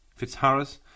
Fitzharris